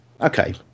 Okay